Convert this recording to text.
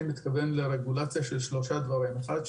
אני מתכוון לרגולציה של שלושה דברים: אחד,